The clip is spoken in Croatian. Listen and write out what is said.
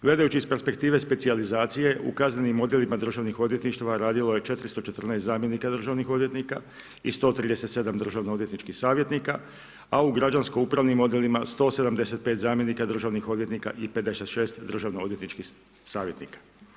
Gledajući iz perspektive specijalizacije u kaznenim odjelima državnih odvjetništava radilo je 414 zamjenika državnih odvjetnika i 137 državnoodvjetničkih savjetnika a u građansko-upravnim odjelima 175 zamjenika državnih odvjetnika i 56 državnoodvjetničkih savjetnika.